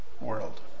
world